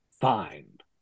find